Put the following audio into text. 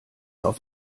auf